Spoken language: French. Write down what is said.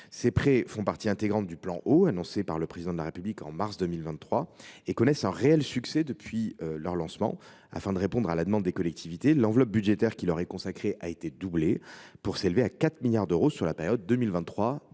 Ces prêts font partie intégrante du plan Eau, qui a été annoncé par le Président de la République au mois de mars 2023. Ils connaissent un réel succès depuis leur lancement. Afin de répondre à la demande des collectivités, l’enveloppe budgétaire qui leur est consacrée a été doublée : elle s’élève à 4 milliards d’euros pour la période 2023 2027.